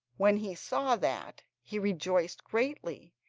when he saw that he rejoiced greatly,